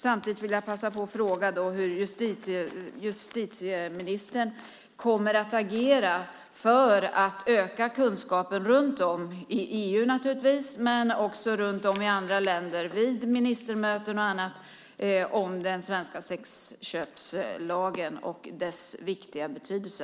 Samtidigt vill jag passa på att fråga hur justitieministern kommer att agera för att öka kunskapen - i EU naturligtvis, men också runt om i andra länder vid ministermöten och annat - om den svenska sexköpslagen och dess viktiga betydelse.